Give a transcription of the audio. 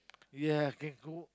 ya I can cook